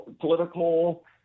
political